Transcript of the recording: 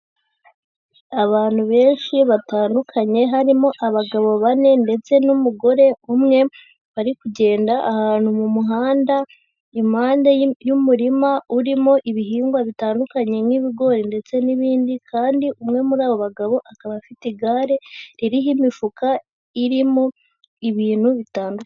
Abantu benshi batandukanye harimo abagabo bane ndetse n'umugore umwe, bari kugenda ahantu mu muhanda, impande y'umurima urimo ibihingwa bitandukanye nk'ibigori ndetse n'ibindi, kandi umwe muri abo bagabo akaba afite igare, ririho imifuka irimo ibintu bitandu...